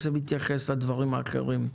איך זה מתייחס לדברים האחרים?